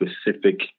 specific